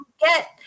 get